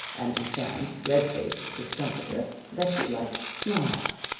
and to sam's red-faced discomfiture that she liked his smile,